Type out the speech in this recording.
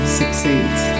succeeds